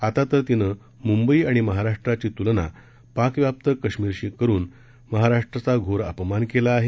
आता तर तिनं म्ंबई आणि महाराष्ट्राची तुलना पाकव्याप्त काश्मीरशी करून महाराष्ट्राचा घोर अपमान केला आहे